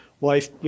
life